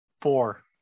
Four